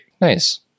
Nice